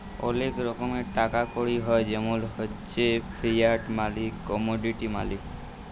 ওলেক রকমের টাকা কড়ি হ্য় জেমল হচ্যে ফিয়াট মালি, কমডিটি মালি